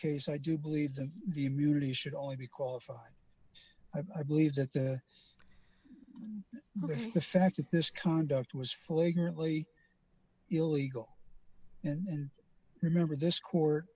case i do believe that the immunity should only be qualified i believe that that the fact that this conduct was flagrantly illegal and remember this court